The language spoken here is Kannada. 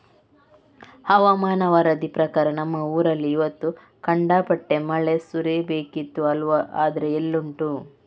ಹವಾಮಾನ ವರದಿ ಪ್ರಕಾರ ನಮ್ಮ ಊರಲ್ಲಿ ಇವತ್ತು ಖಂಡಾಪಟ್ಟೆ ಮಳೆ ಸುರೀಬೇಕಿತ್ತು ಅಲ್ವಾ ಆದ್ರೆ ಎಲ್ಲುಂಟು